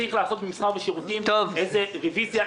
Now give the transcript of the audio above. צריך לעשות במסחר ושירותים איזו רוויזיה,